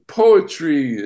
poetry